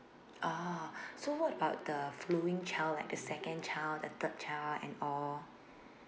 ah so what about the following child like the second child the third child and all